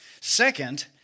Second